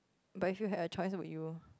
but if you had a choice would you